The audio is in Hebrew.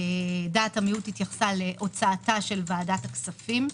דעת המיעוט התייחסה להוצאתה של ועדת הכספים.